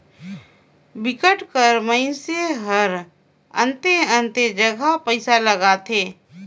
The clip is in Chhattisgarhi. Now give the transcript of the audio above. बिकट कर मइनसे हरअन्ते अन्ते जगहा पइसा लगाथे